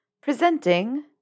Presenting